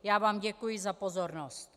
Já vám děkuji za pozornost.